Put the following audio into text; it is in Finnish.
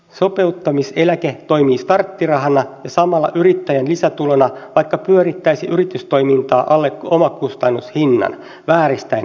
sopeuttamiseläke toimii starttirahana ja samalla yrittäjän lisätulona vaikka pyörittäisi yritystoimintaa alle omakustannushinnan vääristäen kilpailua